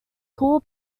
cool